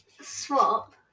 Swap